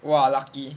!wah! lucky